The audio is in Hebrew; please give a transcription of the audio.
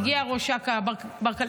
אז הגיע ראש אכ"א בר כליפא,